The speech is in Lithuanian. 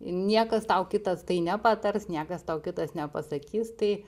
niekas tau kitas tai nepatars niekas tau kitas nepasakys tai